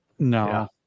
No